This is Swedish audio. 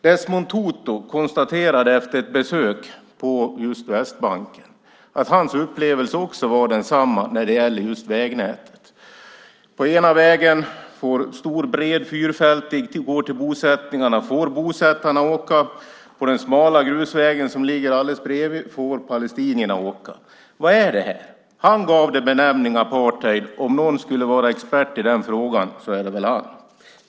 Desmond Tutu konstaterade efter ett besök på Västbanken att hans upplevelse var densamma när det gäller vägnätet. På ena vägen till bosättningarna, stor, bred och fyrfältig, får bosättarna åka. På den smala grusvägen som går alldeles bredvid får palestinierna åka. Vad är det här? Han gav det benämningen "apartheid". Om någon skulle vara expert i den frågan är det väl han.